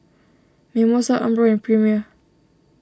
Mimosa Umbro and Premier